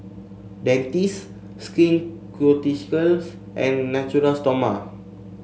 Dentiste Skin Ceuticals and Natura Stoma